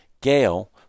Gail